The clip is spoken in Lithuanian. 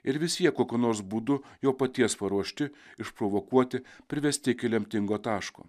ir visi jie kokiu nors būdu jo paties paruošti išprovokuoti privesti iki lemtingo taško